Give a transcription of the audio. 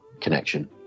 connection